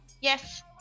Yes